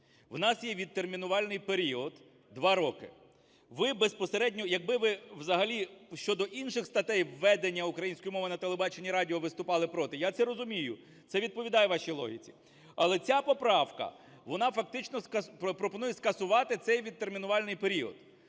В нас євідтермінувальний період - два роки. Ви безпосередньо… Якби ви взагалі щодо інших статей введення української мови на телебаченні і радіо виступали проти, я це розумію, це відповідає вашій логіці. Але ця поправка, вона фактично пропонує скасувати цей відтермінувальний період.